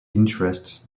interests